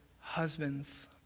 husbands